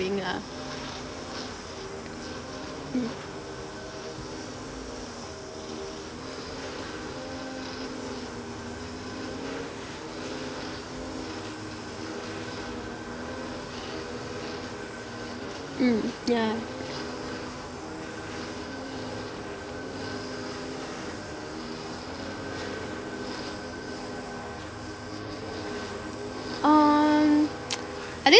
ah mm mm yeah um I think